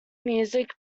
music